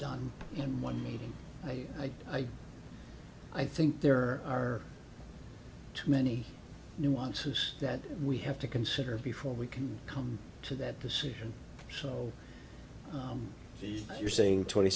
done in one meeting i i think there are too many nuances that we have to consider before we can come to that decision so you're saying twenty